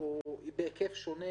בהיקף שונה